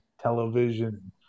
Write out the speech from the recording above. television